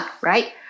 right